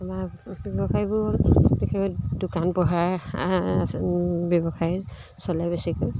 আমাৰ ব্যৱসায়বোৰ বিশেষকৈ দোকান পোহাৰ ব্যৱসায় চলে বেছিকৈ